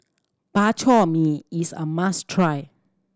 Bak Chor Mee is a must try